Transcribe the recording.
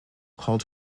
called